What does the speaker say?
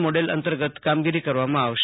model અંતર્ગત કામગીરી કરવામાં આવશે